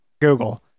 google